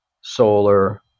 solar